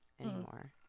anymore